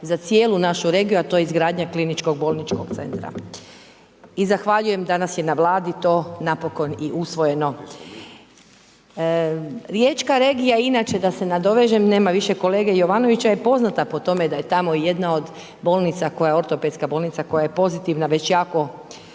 za cijelu našu regiju, a to je izgradnja kliničkog bolničkog centra. I zahvaljujem danas je na vladi to napokon i usvojenom. Riječka regija, iako da se nadovežem, nema više kolege Jovanovića, je poznata po tome da je tamo jedna od bolnica, koja je ortopedska bolnica koja je pozitivna već jako,